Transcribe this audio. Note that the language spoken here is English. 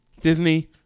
Disney